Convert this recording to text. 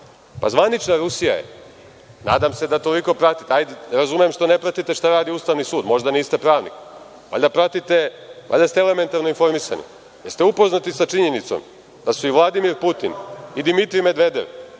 zvanična Rusija je, nadam se da toliko pratite, hajde razumem što ne pratite šta radi Ustavni sud, možda niste pravnik, valjda se elementarno informisani. Da li ste upoznati sa činjenicom i Vladimir Putin i Dimitrij Medvedev